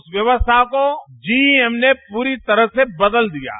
इस व्यवस्था को जीईएम ने पूरी तरह से बदल दिया है